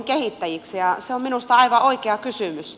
se on minusta aivan oikea kysymys